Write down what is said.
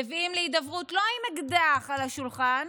מביאים להידברות לא עם אקדח על השולחן,